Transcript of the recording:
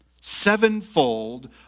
sevenfold